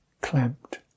clamped